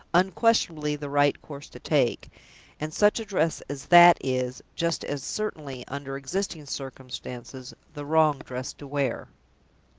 unquestionably the right course to take and such a dress as that is, just as certainly, under existing circumstances, the wrong dress to wear.